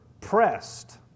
pressed